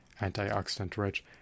antioxidant-rich